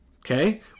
okay